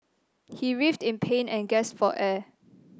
he writhed in pain and gasped for air